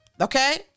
Okay